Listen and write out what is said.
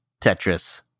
tetris